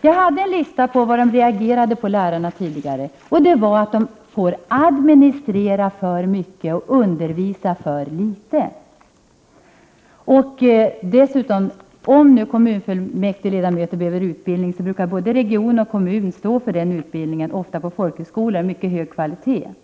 Vi hade en lista på vad lärarna reagerade mot tidigare, och det var bl.a. att de får administrera för mycket och undervisa för litet. Dessutom: Om nu kommunfullmäktigeledamöter behöver utbildning, så brukar både region och kommun stå för den utbildningen, ofta på folkhögskolor, med hög kvalitet.